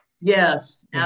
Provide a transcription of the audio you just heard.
Yes